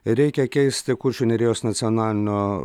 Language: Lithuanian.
reikia keisti kuršių nerijos nacionalinio